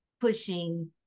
pushing